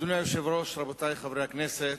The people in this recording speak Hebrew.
אדוני היושב-ראש, רבותי חברי הכנסת,